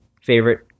favorite